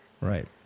right